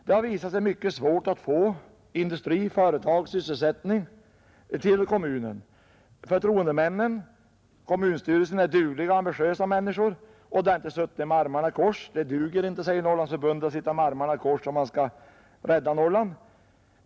Det har visat sig mycket svårt att få industri, företag och sysselsättning till kommunen. Kommunens förtroendemän, i kommunstyrelsen, är dugliga och ambitiösa människor, som inte har suttit med armarna i kors. Det duger inte, säger Norrlandsförbundet, att sitta med armarna i kors om man skall rädda Norrland.